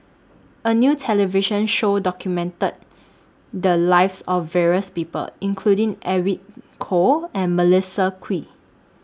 A New television Show documented The Lives of various People including Edwin Koo and Melissa Kwee